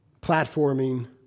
platforming